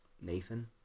Nathan